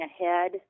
ahead